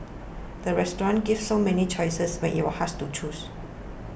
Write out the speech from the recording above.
the restaurant gave so many choices when you are hard to choose